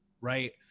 right